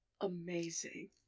Amazing